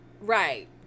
Right